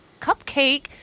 cupcake